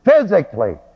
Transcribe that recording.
physically